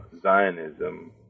Zionism